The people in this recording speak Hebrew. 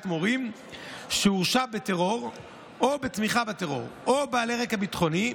מורים שהורשעו בטרור או בתמיכה בטרור או בעלי רקע ביטחוני,